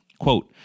Quote